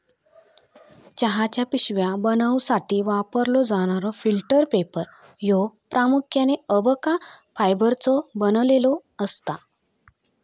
चहाच्या पिशव्या बनवूसाठी वापरलो जाणारो फिल्टर पेपर ह्यो प्रामुख्याने अबका फायबरचो बनलेलो असता